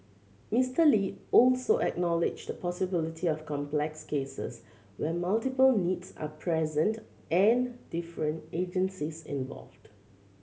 Mister Lee also acknowledged the possibility of complex cases where multiple needs are present and different agencies involved